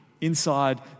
inside